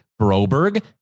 Broberg